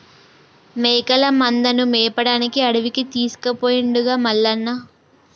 మేకల మందను మేపడానికి అడవికి తీసుకుపోయిండుగా మల్లన్న